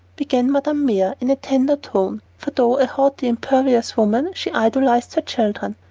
began madame mere in a tender tone, for though a haughty, imperious woman, she idolized her children.